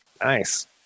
Nice